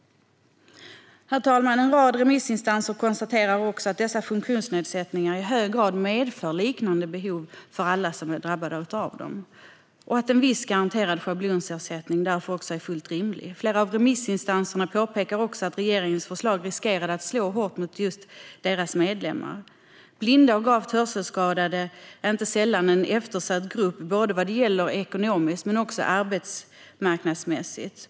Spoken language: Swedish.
Herr talman! En rad remissinstanser konstaterar att dessa funktionsnedsättningar i hög grad medför liknande behov för alla som är drabbade av dem och att en viss garanterad schablonersättning därför är fullt rimlig. Flera av remissinstanserna påpekade också att regeringens förslag riskerar att slå hårt mot deras medlemmar. Blinda och gravt hörselskadade är inte sällan en eftersatt grupp både ekonomiskt och arbetsmarknadsmässigt.